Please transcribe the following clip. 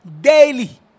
Daily